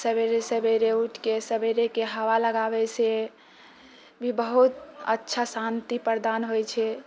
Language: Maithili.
सवेरे सवेरे उठिके सवेरेके हवा लगाबैसँ भी बहुत अच्छा शान्ति प्रदान होइ छै